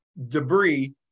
Debris